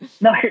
No